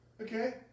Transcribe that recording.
Okay